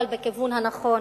אבל בכיוון הנכון